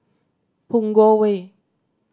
Punggol Way